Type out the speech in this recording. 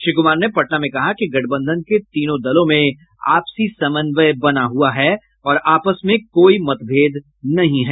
श्री कुमार ने पटना में कहा कि गठबंधन के तीनों दलों में आपसी समन्वय बना हुआ है और आपस में कोई मतभेद नहीं है